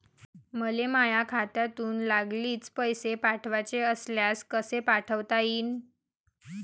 मले माह्या खात्यातून लागलीच पैसे पाठवाचे असल्यास कसे पाठोता यीन?